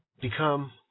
become